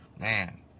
Man